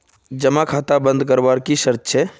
जमा खाता बन करवार की शर्त छे?